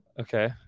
Okay